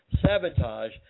sabotage